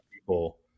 people